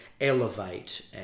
elevate